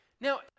Now